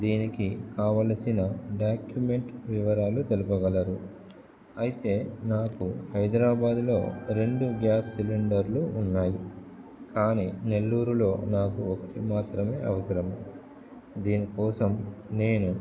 దీనికి కావలసిన డాక్యుమెంట్ వివరాలు తెలుపగలరు అయితే నాకు హైదరాబాదులో రెండు గ్యాస్ సిలిండర్లు ఉన్నాయి కానీ నెల్లూరులో నాకు ఒకటి మాత్రమే అవసరము దీనికోసం నేను